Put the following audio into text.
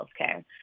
healthcare